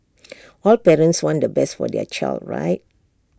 all parents want the best for their child right